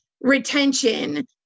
retention